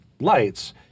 lights